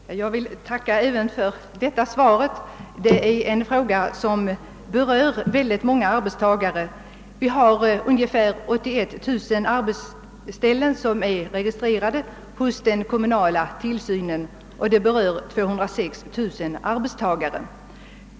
Herr talman! Jag ber att få tacka socialministern för svaret. Detta är en fråga som berör och är av intresse för många arbetstagare. Vi har ungefär 81000 arbetsställen med 206 000 arbetstagare registrerade hos den kommunala tillsynen.